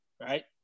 right